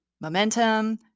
Momentum